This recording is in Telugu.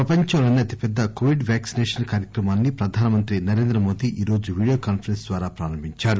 ప్రపంచంలోసే అతిపెద్ద కొవిడ్ వ్యాక్సినేషన్ కార్యక్రమాన్ని ప్రధానమంత్రి నరేంద్ర మోదీ ఈ రోజు వీడియో కాన్పరెస్స్ ద్వారా ప్రారంభించారు